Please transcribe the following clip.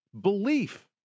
belief